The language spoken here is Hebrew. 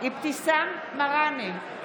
אבתיסאם מראענה,